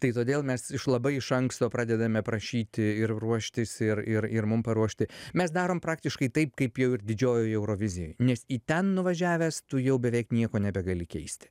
tai todėl mes iš labai iš anksto pradedame prašyti ir ruoštis ir ir ir mum paruošti mes darome praktiškai taip kaip jau ir didžiojoj eurovizijoj nes į ten nuvažiavęs tu jau beveik nieko nebegali keisti